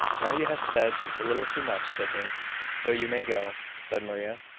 now you have said just a little too much, sydney so you may go, said maria.